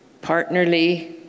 partnerly